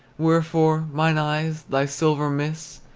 wherefore, mine eyes, thy silver mists?